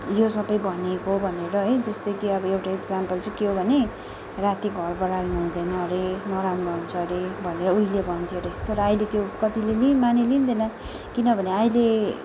यो सबै भनिएको हो भनेर है जस्तै कि अब एउटा इक्जाम्पल चाहिँ के हो भने राति घर बडाल्नु हुँदैन हरे नराम्रो हुन्छ हरे भनेर उहिले भन्थ्यो अरे तर अहिले त्यो कतिले लिई मानिलिँदैन किनभने अहिले